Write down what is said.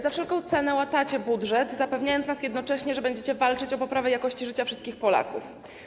Za wszelką cenę łatacie budżet, zapewniając nas jednocześnie, że będziecie walczyć o poprawę jakości życia wszystkich Polaków.